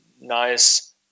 nice